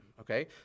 Okay